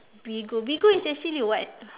Bigo Bigo is actually what